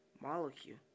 molecule